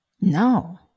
No